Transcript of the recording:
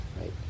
right